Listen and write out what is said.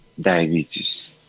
diabetes